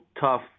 tough